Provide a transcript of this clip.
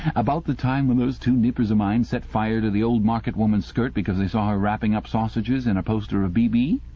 about the time when those two nippers of mine set fire to the old market-woman's skirt because they saw her wrapping up sausages in a poster of b b?